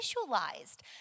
visualized